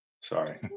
Sorry